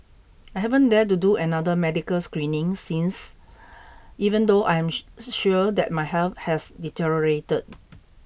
I haven't dared to do another medical screening since even though I am sure that my health has deteriorated